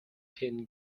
pin